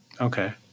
Okay